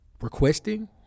requesting